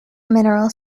mineral